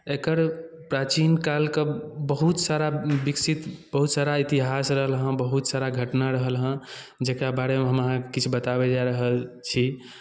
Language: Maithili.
एकर प्राचीन कालके बहुत सारा विकसित बहुत सारा इतिहास रहल हेँ बहुत सारा घटना रहल हेँ जकरा बारेमे हम अहाँकेँ किछु बताबय जा रहल छी